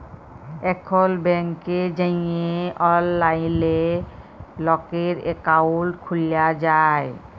এখল ব্যাংকে যাঁয়ে অললাইলে লকের একাউল্ট খ্যুলা যায়